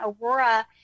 Aurora